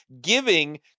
giving